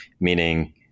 meaning